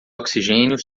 oxigênio